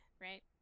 right